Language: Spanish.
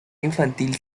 infantil